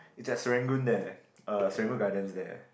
it's at Serangoon there uh Serangoon-Gardens there